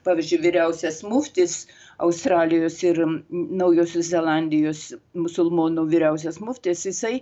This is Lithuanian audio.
pavyzdžiui vyriausias muftis australijos ir naujosios zelandijos musulmonų vyriausias muftis jisai